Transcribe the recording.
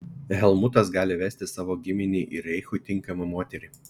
helmutas gali vesti savo giminei ir reichui tinkamą moterį